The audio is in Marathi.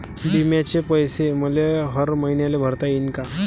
बिम्याचे पैसे मले हर मईन्याले भरता येईन का?